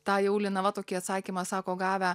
tą jau linava tokį atsakymą sako gavę